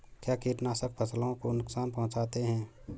क्या कीटनाशक फसलों को नुकसान पहुँचाते हैं?